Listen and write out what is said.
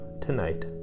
tonight